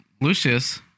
Lucius